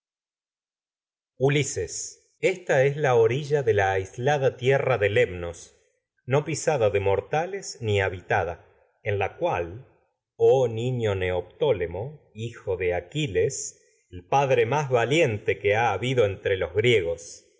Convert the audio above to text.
ulises esta es la orilla de la aislada tierra de lemnos no pisada de mortales ni habitada en la cual el oh niño neoptólemo hijo de aquiles que padre más valiente ha habido tiempo entre al que los griegos